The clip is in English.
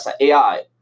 AI